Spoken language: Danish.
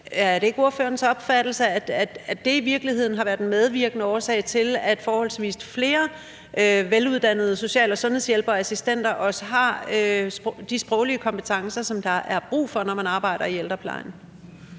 Er det ikke ordførerens opfattelse, at det i virkeligheden har været en medvirkende årsag til, at forholdsvis flere veluddannede social- og sundhedshjælpere og -assistenter også har de sproglige kompetencer, som der er brug for, når man arbejder i ældreplejen?